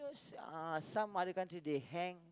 is uh some other country they hang